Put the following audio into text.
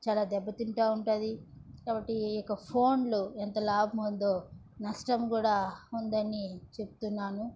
చాలా దెబ్బతింటూ ఉంటుంది ఒకటి ఇక ఫోన్లు ఎంత లాభముందో నష్టము కూడా ఉందని చెప్తున్నాను